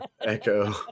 Echo